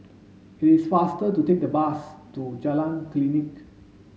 it is faster to take a bus to Jalan Klinik